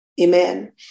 amen